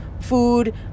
food